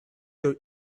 your